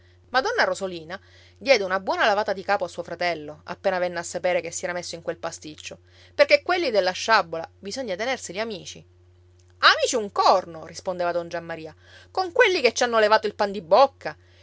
ma donna rosolina diede una buona lavata di capo a suo fratello appena venne a sapere che si era messo in quel pasticcio perché quelli della sciabola bisogna tenerseli amici amici un corno rispondeva don giammaria con quelli che ci hanno levato il pan di bocca